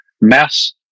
mass